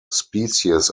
species